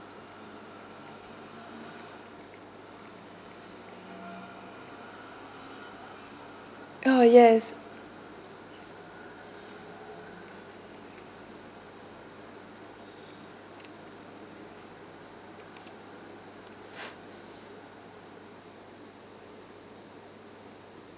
oh yes